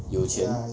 有钱